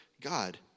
God